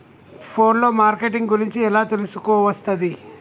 Phone లో marketing గురించి ఎలా తెలుసుకోవస్తది?